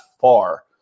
far